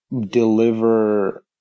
deliver